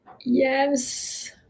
Yes